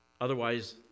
Otherwise